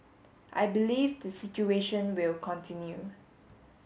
I believe the situation will continue